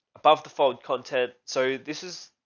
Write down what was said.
above the fold content. so this is.